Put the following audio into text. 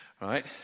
Right